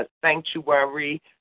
sanctuary